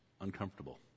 uncomfortable